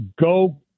go